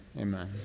amen